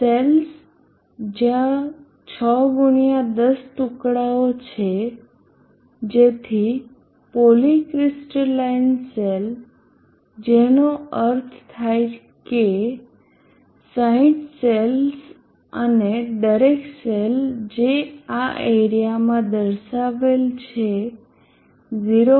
cells ત્યાં 6 x 10 ટુકડાઓ છે તેથી પોલી ક્રિસ્ટલાઈન સેલ જેનો અર્થ થાય કે 60 સેલ્સ અને દરેક સેલ જે આ એરીયામાં દર્શાવેલ છે 0